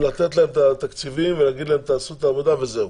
לתת להם את התקציבים ולהגיד להם לעשות את העבודה וזהו,